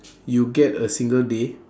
you get a single day